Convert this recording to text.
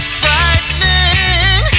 frightening